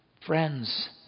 Friends